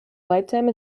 lifetime